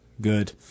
good